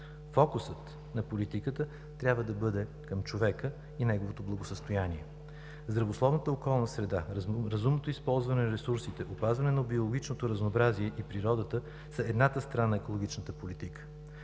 Фокусът на политиката трябва да бъде към човека и неговото благосъстояние. Здравословната околна среда, разумното използване на ресурсите, опазването на биологичното разнообразие и природата са едната страна на екологичната политика.